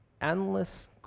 endless